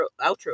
outro